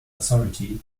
authority